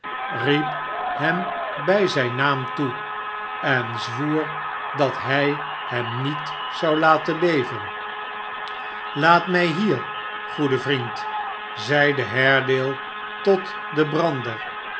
riep hem bij zijn naam toe en zwoer dat hij hem niet zou laten leven laat mij hier goede vriend zeide haredale tot den brander